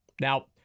Now